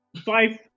Five